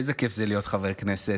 איזה כיף להיות חבר כנסת,